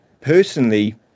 Personally